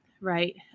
right